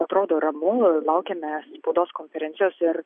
atrodo ramu laukiame spaudos konferencijos ir